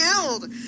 killed